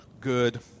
good